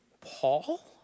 Paul